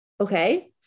okay